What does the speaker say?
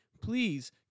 please